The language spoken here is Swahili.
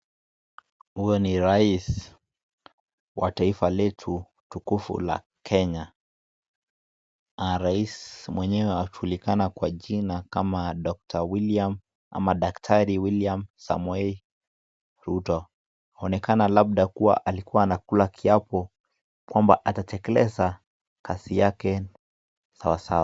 Huyu ni rais wa taifa letu tukufu la kenya na rais mwenyewe anajulikana kwa jina kama daktari William samoei ruto inaonekana labda kuwa alikuwa anakula kiapo kwamba atatekeleza kazi yake sawasawa.